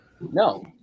No